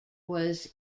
was